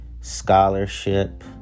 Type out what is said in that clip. scholarship